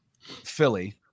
Philly